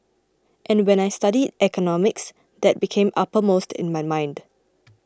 and when I studied economics that became uppermost in my mind